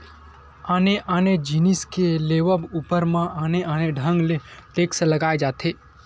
आने आने जिनिस के लेवब ऊपर म आने आने ढंग ले टेक्स लगाए जाथे